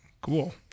cool